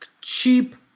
cheap